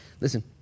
Listen